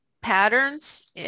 Patterns